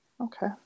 Okay